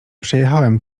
przyjechałem